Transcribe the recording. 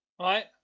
Right